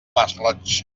masroig